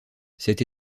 cette